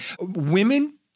Women